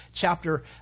chapter